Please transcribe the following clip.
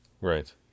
Right